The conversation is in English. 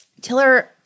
Tiller